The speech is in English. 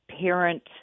parent